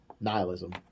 nihilism